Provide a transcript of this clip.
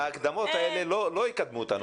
ההקדמות האלה לא יקדמו אותנו.